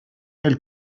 elle